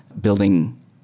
building